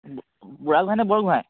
বুঢ়াগোহাঁই নে বৰগোহাঁই